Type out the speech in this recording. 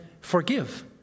forgive